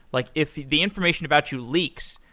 like if the information about you leaks,